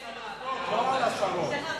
על ההערות האלה.